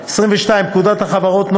22. פקודת החברות ,